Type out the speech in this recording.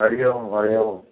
Hari Om Hari Om